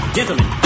Gentlemen